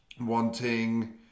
wanting